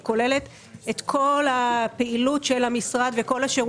כוללת את כל הפעילות של המשרד וכל השירותים.